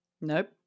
Nope